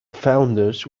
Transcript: founders